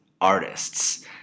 artists